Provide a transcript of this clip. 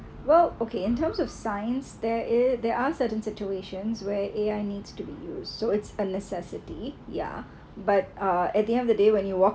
well okay in terms of science there is there are certain situations where A_I needs to be use so it's a necessity yeah but uh at the end of the day when you walk